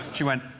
she went